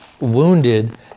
wounded